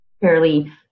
fairly